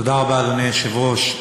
תודה רבה, אדוני היושב-ראש.